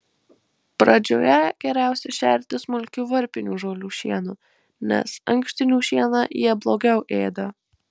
pradžioje geriausia šerti smulkiu varpinių žolių šienu nes ankštinių šieną jie blogiau ėda